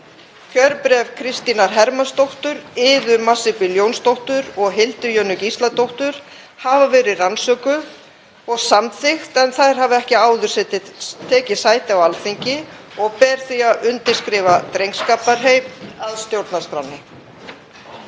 Kjörbréf Kristínar Hermannsdóttur, Iðu Marsibil Jónsdóttur og Hildu Jönu Gísladóttur hafa verið rannsökuð og samþykkt en þær hafa ekki áður tekið sæti á Alþingi og ber því að undirskrifa drengskaparheit að stjórnarskránni.